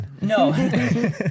No